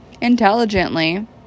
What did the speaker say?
intelligently